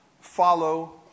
Follow